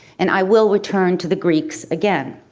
and i will return to the greek's again.